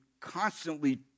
constantly